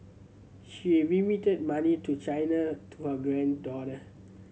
she's remitting money to China to her granddaughter